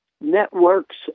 networks